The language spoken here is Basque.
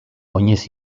oinez